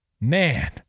Man